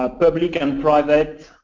ah public and private,